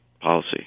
policy